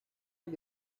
est